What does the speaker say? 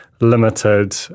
limited